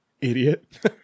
Idiot